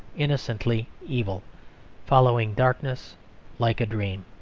innocently evil following darkness like a dream.